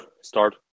start